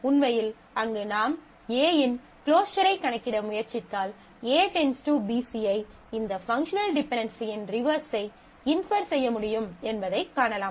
உண்மையில் அங்கு நாம் A யின் க்ளோஸரைக் கணக்கிட முயற்சித்தால் A → BC ஐ இந்த பங்க்ஷனல் டிபென்டென்சியின் ரிவர்ஸ் ஐ இன்ஃபர் செய்ய முடியும் என்பதைக் காணலாம்